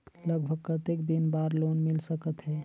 लगभग कतेक दिन बार लोन मिल सकत हे?